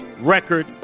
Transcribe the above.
record